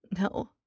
No